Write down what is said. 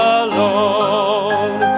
alone